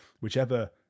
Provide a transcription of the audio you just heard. whichever